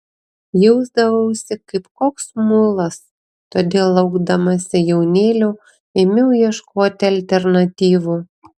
jausdavausi kaip koks mulas todėl laukdamasi jaunėlio ėmiau ieškoti alternatyvų